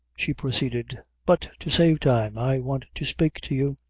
she proceeded but to save time, i want to spake to you.